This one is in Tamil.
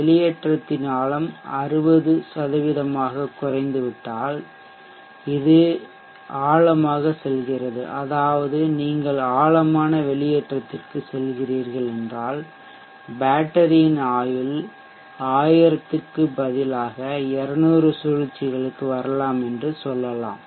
வெளியேற்றத்தின் ஆழம் 60 ஆகக் குறைந்துவிட்டால் இது ஆழமாகச் செல்கிறது அதாவது நீங்கள் ஆழமான வெளியேற்றத்திற்குச் செல்கிறீர்கள் என்றால் பேட்டரியின் ஆயுள் 1000 க்கு பதிலாக 200 சுழற்சிகளுக்கு வரலாம் என்று சொல்லலாம்